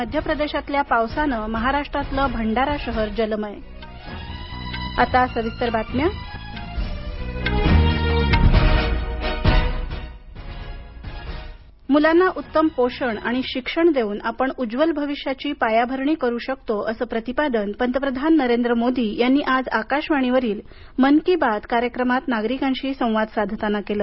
मध्यप्रदेशातल्या पावसानं महाराष्ट्रातलं भंडारा शहर जलमय आता सविस्तर बातम्या मन की बात मुलांना उत्तम पोषण आणि शिक्षण देऊन आपण उज्ज्वल भविष्याची पायाभरणी करू शकतो असं प्रतिपादन पंतप्रधान नरेंद्र मोदी यांनी आज आकाशवाणी वरील मन की बात कार्यक्रमात नगिरिकांशी संवाद साधताना केलं